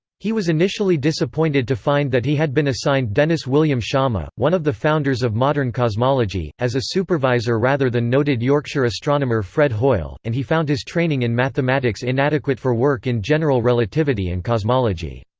he was initially disappointed to find that he had been assigned dennis william sciama, one of the founders of modern cosmology, as a supervisor rather than noted yorkshire astronomer fred hoyle, and he found his training in mathematics inadequate for work in general relativity and cosmology.